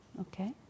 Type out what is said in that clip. Okay